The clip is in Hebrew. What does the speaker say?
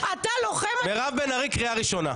אתה לוחם --- מירב בן ארי, קריאה ראשונה.